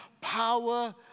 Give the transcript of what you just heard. power